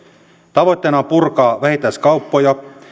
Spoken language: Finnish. tavoitteena on purkaa vähittäiskauppoja